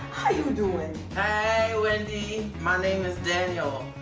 how you doin'? hey wendy, my name is daniel.